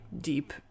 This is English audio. deep